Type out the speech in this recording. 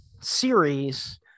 series